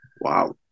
Wow